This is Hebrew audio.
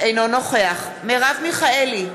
אינו נוכח מרב מיכאלי,